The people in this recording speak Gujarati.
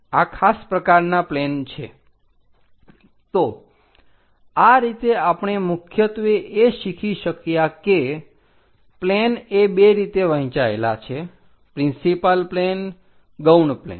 આ ખાસ પ્રકારના પ્લેન છે તો આ રીતે આપણે મુખ્યત્વે એ શીખી શક્યા કે પ્લેન એ બે રીતે વહેંચાયેલા છે પ્રિન્સિપાલ પ્લેન ગૌણ પ્લેન